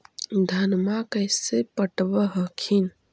धन्मा कैसे पटब हखिन?